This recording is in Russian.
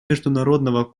международного